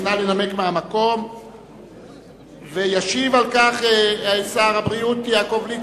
ישיב על כך שר הבריאות, יעקב ליצמן.